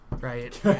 right